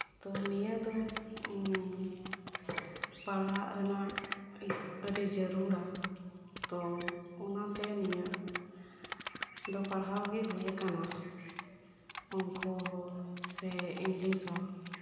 ᱛᱚ ᱱᱤᱭᱟᱹ ᱫᱚᱯᱟᱲᱦᱟᱜ ᱨᱮᱱᱟᱜ ᱟᱹᱰᱤ ᱡᱟᱹᱨᱩᱲᱟ ᱛᱚ ᱚᱱᱟ ᱛᱮ ᱱᱤᱭᱟᱹ ᱫᱚ ᱯᱟᱲᱦᱟᱣ ᱜᱮ ᱦᱩᱭ ᱟᱠᱟᱱᱟ ᱚᱝᱠᱚ ᱦᱚ ᱥᱮ ᱤᱝᱞᱤᱥ ᱦᱚ